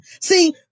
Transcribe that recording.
See